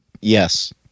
Yes